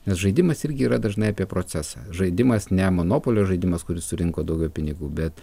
nes žaidimas irgi yra dažnai apie procesą žaidimas ne monopolio žaidimas kuris surinko daugiau pinigų bet